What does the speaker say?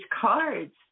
cards